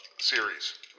series